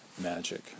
magic